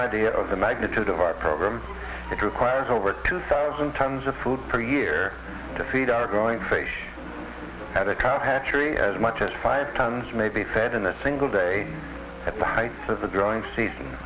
idea of the magnitude of our program that requires over two thousand tons of food per year to feed our growing face as much as five times may be fed in a single day at the height of the growing season